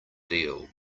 deal